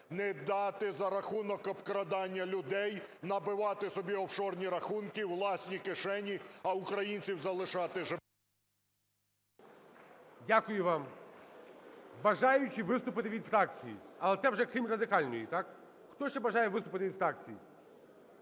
не дати за рахунок обкрадання людей набивати собі офшорні рахунки, власні кишені, а українців залишати… 11:05:07 ГОЛОВУЮЧИЙ. Дякую вам. Бажаючі виступити від фракцій. Але це вже, крім Радикальної, так? Хто ще бажає виступити від фракцій?